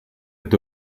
est